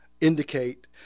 indicate